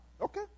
Okay